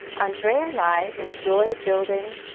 andreia and i enjoy building